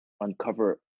uncover